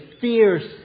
fierce